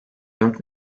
dört